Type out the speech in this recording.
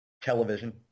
Television